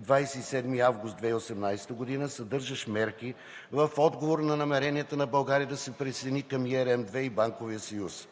27 август 2018 г., съдържащ мерки в отговор на намеренията на България да се присъедини към ERM II и Банковия съюз.